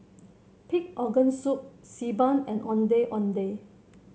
Pig Organ Soup Xi Ban and Ondeh Ondeh